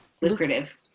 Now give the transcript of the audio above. Lucrative